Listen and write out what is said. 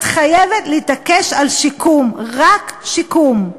את חייבת להתעקש על שיקום, רק שיקום.